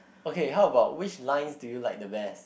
okay how about which lines do you like the best